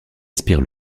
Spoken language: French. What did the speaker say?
aspire